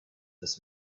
this